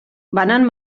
banan